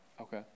Okay